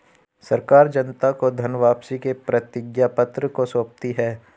सरकार जनता को धन वापसी के प्रतिज्ञापत्र को सौंपती है